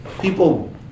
People